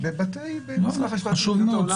--- חשוב מאוד.